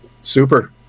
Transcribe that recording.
Super